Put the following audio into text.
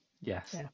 yes